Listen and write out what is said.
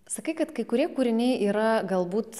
sakai kad kai kurie kūriniai yra galbūt